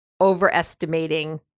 overestimating